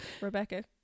Rebecca